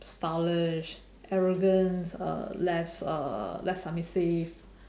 stylish arrogant uh less uh less submissive